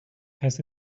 has